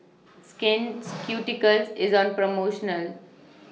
Skin Ceuticals IS on promotional